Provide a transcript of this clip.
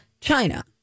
China